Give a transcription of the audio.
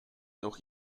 nog